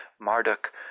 Marduk